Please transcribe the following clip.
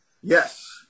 Yes